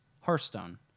Hearthstone